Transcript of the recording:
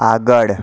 આગડ